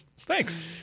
thanks